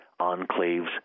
Enclaves